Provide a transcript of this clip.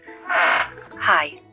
Hi